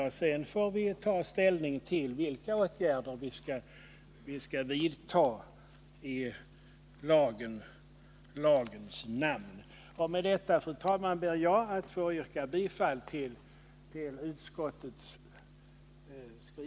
Därefter får vi ta ställning till vilka åtgärder vi skall vidta i lagens namn. Med detta, fru talman, ber jag att få yrka bifall till utskottets förslag.